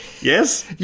Yes